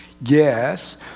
Yes